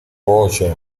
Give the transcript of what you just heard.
voce